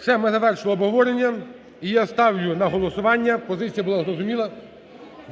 Все, ми завершили обговорення. І я ставлю на голосування, позиція була зрозуміла,